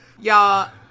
Y'all